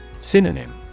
Synonym